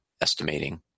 estimating